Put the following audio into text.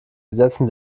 gesetzen